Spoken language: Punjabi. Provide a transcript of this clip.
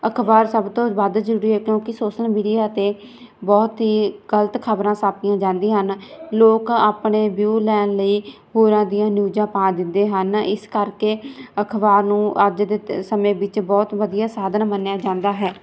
ਅਖ਼ਬਾਰ ਸਭ ਤੋਂ ਵੱਧ ਜ਼ਰੂਰੀ ਹੈ ਕਿਉਂਕਿ ਸੋਸਲ ਮੀਡੀਆ 'ਤੇ ਬਹੁਤ ਹੀ ਗਲਤ ਖ਼ਬਰਾਂ ਛਾਪੀਆਂ ਜਾਂਦੀਆਂ ਹਨ ਲੋਕ ਆਪਣੇ ਵਿਊ ਲੈਣ ਲਈ ਹੋਰਾਂ ਦੀਆਂ ਨਿਊਜ਼ਾਂ ਪਾ ਦਿੰਦੇ ਹਨ ਇਸ ਕਰਕੇ ਅਖ਼ਬਾਰ ਨੂੰ ਅੱਜ ਦੇ ਤ ਸਮੇਂ ਵਿੱਚ ਬਹੁਤ ਵਧੀਆ ਸਾਧਨ ਮੰਨਿਆ ਜਾਂਦਾ ਹੈ